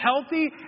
healthy